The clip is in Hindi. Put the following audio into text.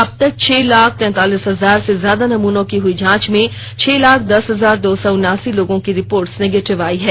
अबतक छह लाख तैंतालीस हजार से ज्यादा नमूनों की हई जांच में छह लाख दस हजार दो सौ उन्नासी लोगों की निगेटिव रिपोर्ट आई है